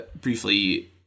briefly